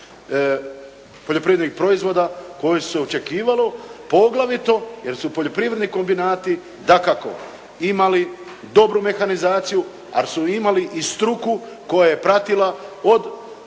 poljoprivrednih proizvoda koji su se očekivali, poglavito jer su poljoprivredni kombinati dakako imali dobru mehanizaciju, ali su imali i struku koja je pratila od